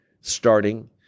starting